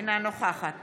אינה נוכחת